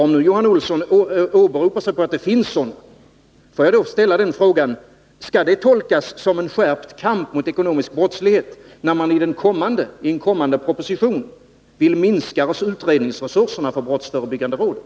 Om nu Johan Olsson åberopar att det finns sådana åtgärder, får jag då ställa frågan: Skall det tolkas som en skärpt kamp mot ekonomisk brottslighet, när man i en kommande proposition vill minska utredningsresurserna för brottsförebyggande rådet?